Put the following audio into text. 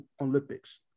Olympics